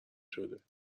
شده